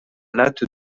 latte